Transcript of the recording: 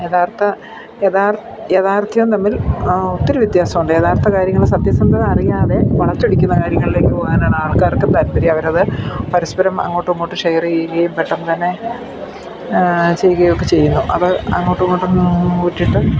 യഥാർത്ഥ യാഥാർത്ഥ്യം തമ്മിൽ ഒത്തിരി വ്യത്യാസമുണ്ട് യഥാർത്ഥ കാര്യങ്ങൾ സത്യസന്ധത അറിയാതെ വളച്ചൊടിക്കുന്ന കാര്യങ്ങളിലേക്ക് പോവാനാണ് ആൾക്കാർക്ക് താൽപ്പര്യം അവർ അത് പരസ്പരം അങ്ങോട്ടും ഇങ്ങോട്ടും ഷെയർ ചെയ്യുകയും പെട്ടെന്ന് തന്നെ ചെയ്യുകയുമൊക്കെ ചെയ്യുന്നു അത് അങ്ങോട്ടും ഇങ്ങോട്ടുമൊന്ന് നോക്കിയിട്ട്